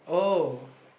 oh